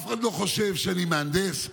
אף אחד לא חושב שאני מהנדס,